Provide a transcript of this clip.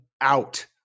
out